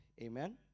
Amen